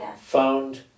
found